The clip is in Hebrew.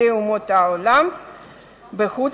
וחסידי אומות עולם בחוץ-לארץ,